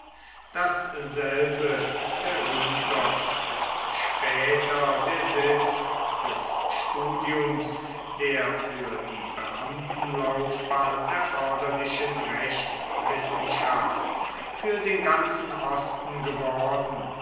dasselbe berytos ist später der sitz des studiums der für die beamtenlaufbahn erforderlichen rechtswissenschaft für den ganzen osten geworden